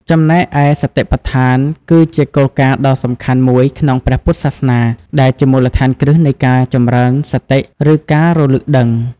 ចំណែកឯសតិប្បដ្ឋាន គឺជាគោលការណ៍ដ៏សំខាន់មួយក្នុងព្រះពុទ្ធសាសនា ដែលជាមូលដ្ឋានគ្រឹះនៃការចម្រើន សតិ ឬ ការរលឹកដឹង។